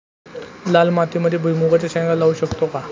लाल मातीमध्ये भुईमुगाच्या शेंगा लावू शकतो का?